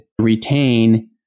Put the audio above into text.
retain